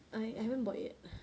I I haven't bought yet